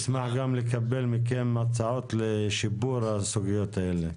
נשמח לקבל מכם הצעות לשיפור הסוגיות האלה.